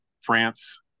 France